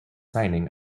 signing